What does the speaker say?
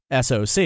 SOC